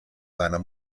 seiner